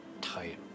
tight